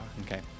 Okay